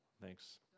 Thanks